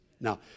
Now